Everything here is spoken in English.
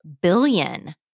billion